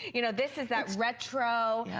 you know this is that retro,